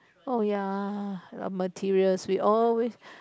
oh ya the materials we always